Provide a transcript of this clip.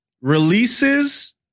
Releases